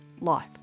life